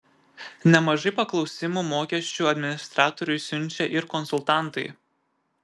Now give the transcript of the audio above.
nemažai paklausimų mokesčių administratoriui siunčia ir konsultantai